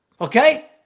Okay